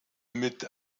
mit